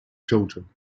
children